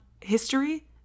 history